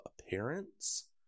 appearance